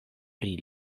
pri